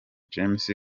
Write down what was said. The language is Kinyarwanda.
james